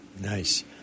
nice